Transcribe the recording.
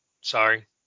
Sorry